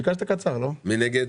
מי נגד?